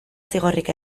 zigorrik